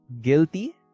guilty